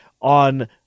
on